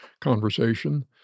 conversation